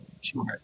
Sure